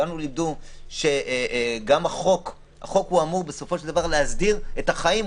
אותנו לימדו שהחוק בסופו של דבר אמור להסדיר את החיים.